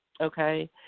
okay